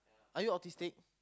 are you autistic